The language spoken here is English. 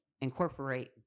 incorporate